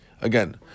Again